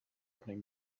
opening